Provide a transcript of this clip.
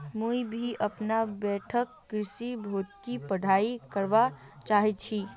मुई भी अपना बैठक कृषि भौतिकी पढ़ाई करवा चा छी